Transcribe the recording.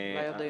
אולי עוד היום.